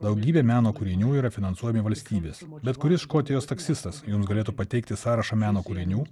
daugybė meno kūrinių yra finansuojami valstybės bet kuris škotijos taksistas jums galėtų pateikti sąrašą meno kūrinių